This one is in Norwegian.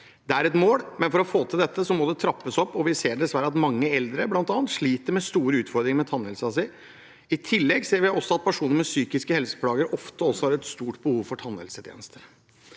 Det er et mål, men for å få til dette, må det trappes opp. Vi ser dessverre at bl.a. mange eldre sliter med store utfordringer med tannhelsen sin. I tillegg ser vi at personer med psykiske helseplager ofte også har et stort behov for tannhelsetjenester.